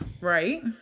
right